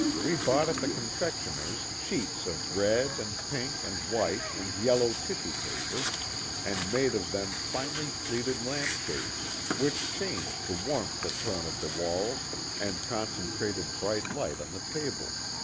we bought at the confectioner's sheets of red and pink and white and yellow tissue paper and made of them finely-pleated lamp shades which changed to warmth the tone of the walls and concentrated bright light on the tables.